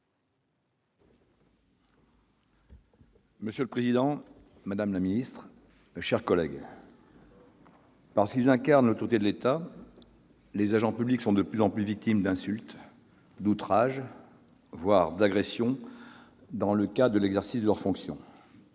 Monsieur le président, madame la ministre, mes chers collègues, parce qu'ils incarnent l'autorité de l'État, les agents publics sont de plus en plus victimes d'insultes, d'outrages, voire d'agressions dans le cadre de l'exercice de leurs fonctions.